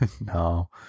no